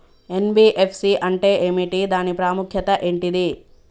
NBFC అంటే ఏమిటి దాని ప్రాముఖ్యత ఏంటిది?